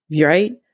right